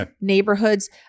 neighborhoods